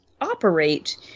operate